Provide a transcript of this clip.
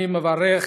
אני מברך